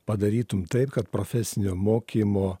padarytum taip kad profesinio mokymo